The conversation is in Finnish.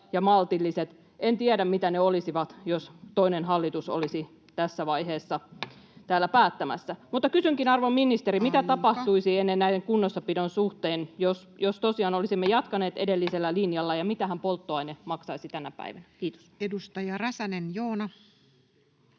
ja maltilliset. En tiedä, mitä ne olisivat, jos toinen hallitus olisi tässä vaiheessa täällä päättämässä. Mutta kysynkin, arvon ministeri: [Puhemies: Aika!] mitä tapahtuisi näiden kunnossapidon suhteen, jos tosiaan olisimme jatkaneet edellisellä linjalla, ja mitähän polttoaine maksaisi tänä päivänä? — Kiitos. [Speech 587]